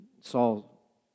Saul